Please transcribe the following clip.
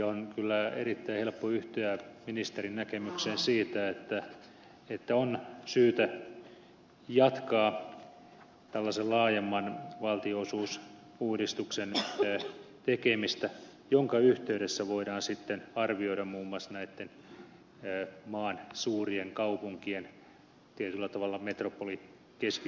on kyllä erittäin helppo yhtyä ministerin näkemykseen siitä että on syytä jatkaa tällaisen laajemman valtionosuusuudistuksen tekemistä jonka yhteydessä voidaan sitten arvioida muun muassa näitten maan suurien kaupunkien tietyllä tavalla metropolikeskittymien erityistarpeita